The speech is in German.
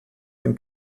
dem